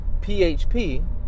PHP